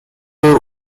war